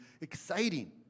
exciting